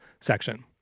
section